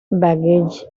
baggage